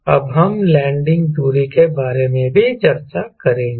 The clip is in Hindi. अब हम लैंडिंग दूरी के बारे में भी चर्चा करेंगे